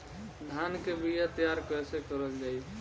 धान के बीया तैयार कैसे करल जाई?